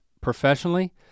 professionally